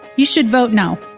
you should vote no,